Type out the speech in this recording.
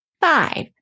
Five